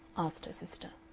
asked her sister.